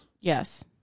Yes